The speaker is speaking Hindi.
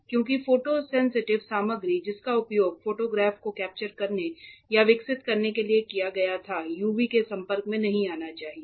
क्योंकि फोटो सेंसिटिव सामग्री जिसका उपयोग फोटोग्राफ को कैप्चर करने या विकसित करने के लिए किया गया था UV के संपर्क में नहीं आना चाहिए